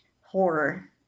horror